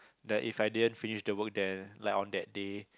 that if I didn't finish the work there like on that day